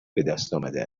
بهدستآمده